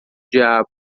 diabo